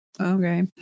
okay